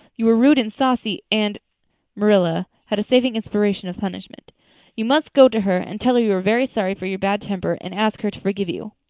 you were rude and saucy and marilla had a saving inspiration of punishment you must go to her and tell her you are very sorry for your bad temper and ask her to forgive you.